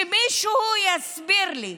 שמישהו יסביר לי,